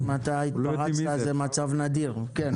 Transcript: אם